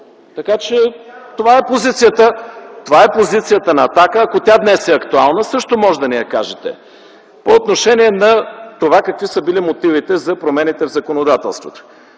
на „Атака”. (Реплики от „Атака”.) Ако тя днес е актуална, също може да ни я кажете. По отношение на това какви са били мотивите за промените в законодателството.